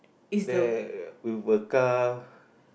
there with a car